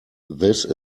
this